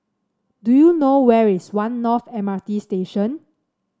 do you know where is One North M R T Station